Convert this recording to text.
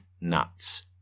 nuts